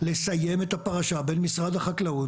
לסיים את הפרשה בין משרד החקלאות,